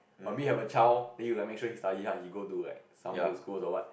but me have a child then you like make sure he study hard he come to like some good school or what